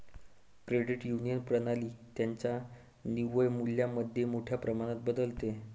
credit union प्रणाली त्यांच्या निव्वळ मूल्यामध्ये मोठ्या प्रमाणात बदलते